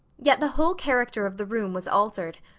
yet the whole character of the room was altered.